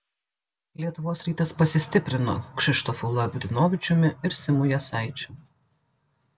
lietuvos rytas pasistiprino kšištofu lavrinovičiumi ir simu jasaičiu